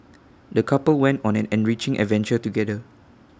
the couple went on an enriching adventure together